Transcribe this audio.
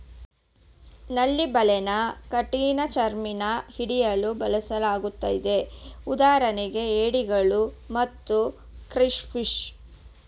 ನಳ್ಳಿ ಬಲೆನ ಕಠಿಣಚರ್ಮಿನ ಹಿಡಿಯಲು ಬಳಸಲಾಗ್ತದೆ ಉದಾಹರಣೆಗೆ ಏಡಿಗಳು ಮತ್ತು ಕ್ರೇಫಿಷ್